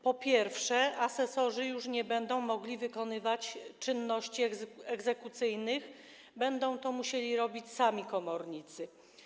Po pierwsze, asesorzy już nie będą mogli wykonywać czynności egzekucyjnych, będą to musieli robić sami komornicy.